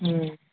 ओम